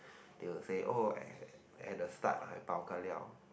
they will say oh at at the start I bao ka liao